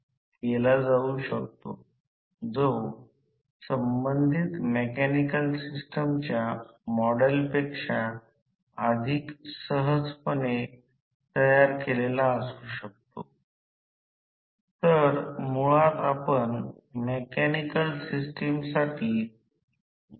आणि मग saE2होईल कारण SE1 1 व्युत्पन्न करण्यासाठी क्रिया न करता ते फक्त थोडा कठीण थोडे सहज करू शकता का आहे पण साधण्याची क्रिया नंतर आहे